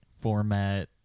format